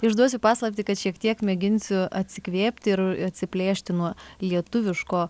išduosiu paslaptį kad šiek tiek mėginsiu atsikvėpti ir atsiplėšti nuo lietuviško